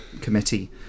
Committee